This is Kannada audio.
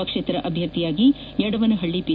ಪಕ್ಷೇತರ ಅಭ್ಯರ್ಥಿಯಾಗಿ ಯಡವನಹಳ್ಳಿ ಪಿ